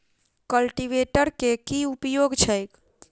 Cultivator केँ की उपयोग छैक?